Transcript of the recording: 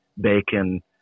bacon